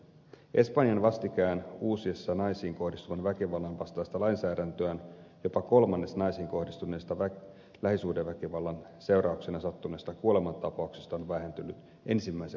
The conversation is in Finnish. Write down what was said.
espanjan vastikään uusiessa naisiin kohdistuvan väkivallan vastaista lainsäädäntöään jopa kolmannes naisiin kohdistuneista lähisuhdeväkivallan seurauksena sattuneista kuolemantapauksista on vähentynyt ensimmäisen vuoden aikana